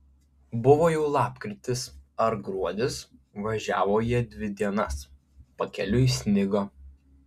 buvo jau lapkritis ar gruodis važiavo jie dvi dienas pakeliui snigo